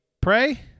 pray